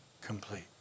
complete